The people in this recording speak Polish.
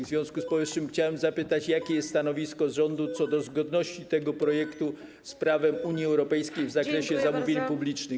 W związku z powyższym chciałbym zapytać, jakie jest stanowisko rządu co do zgodności tego projektu z prawem Unii Europejskiej w zakresie zamówień publicznych.